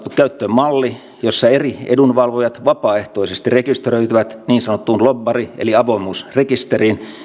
käyttöön malli jossa eri edunvalvojat vapaaehtoisesti rekisteröityvät niin sanottuun lobbari eli avoimuusrekisteriin